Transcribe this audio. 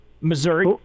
Missouri